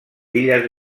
illes